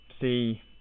see